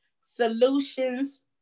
Solutions